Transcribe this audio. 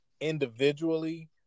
Individually